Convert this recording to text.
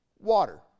water